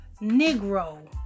Negro